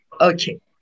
Okay